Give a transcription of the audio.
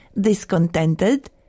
discontented